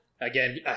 again